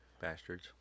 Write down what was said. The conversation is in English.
Bastards